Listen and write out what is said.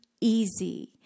easy